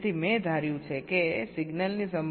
તેથી મેં ધાર્યું છે કે સિગ્નલની સંભાવનાઓ આ 0